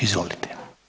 Izvolite.